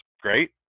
great